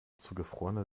zugefrorene